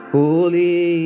Holy